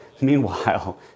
meanwhile